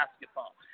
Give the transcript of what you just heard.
basketball